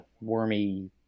wormy